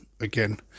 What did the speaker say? again